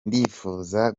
ndifuza